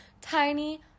tiny